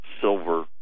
silver